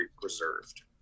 preserved